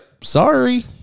Sorry